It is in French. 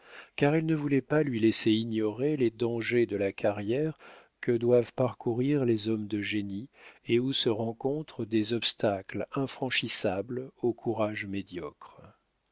car elle ne voulait pas lui laisser ignorer les dangers de la carrière que doivent parcourir les hommes de génie et où se rencontrent des obstacles infranchissables aux courages médiocres